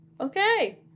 Okay